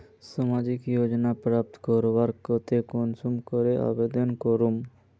सामाजिक योजना प्राप्त करवार केते कुंसम करे आवेदन करूम?